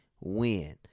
win